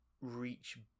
reach